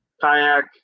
kayak